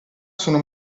sono